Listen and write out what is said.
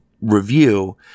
review